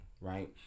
right